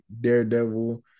Daredevil